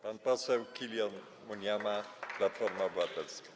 Pan poseł Killion Munyama, Platforma Obywatelska.